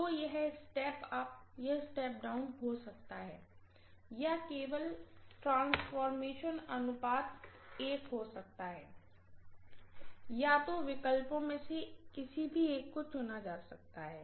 तो यह यह स्टेप अप या स्टेप डाउन हो सकता है या केवल ट्रांसफॉर्मेशन अनुपात 1 हो सकता है या तो विकल्पों में से किसी भी एक को चुना जा सकता है